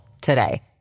today